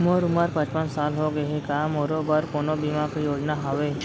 मोर उमर पचपन साल होगे हे, का मोरो बर कोनो बीमा के योजना हावे?